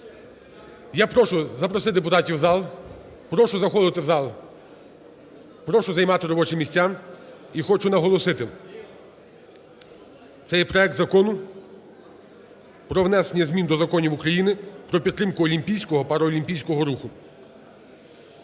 Я прошу запросити депутатів в зал, прошу заходити в зал, прошу займати робочі місця. І хочу наголосити, це є проект Закону про внесення змін до законів України про підтримку олімпійського, паралімпійського руху.